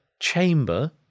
chamber